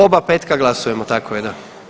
Oba petka glasujemo, tako je, da.